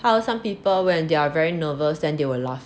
how some people when they're very nervous then they will laugh